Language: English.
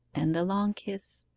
and the long kiss,